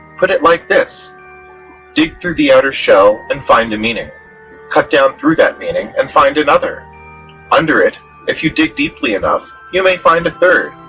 put it like this dig through the outer shell and find a meaning cut down through that meaning and find another under it if you dig deeply enough you may find a third,